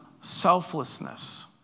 selflessness